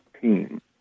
team